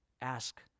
ask